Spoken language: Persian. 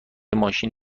ماشین